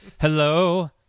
Hello